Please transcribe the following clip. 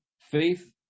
Faith